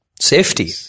Safety